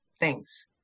thanks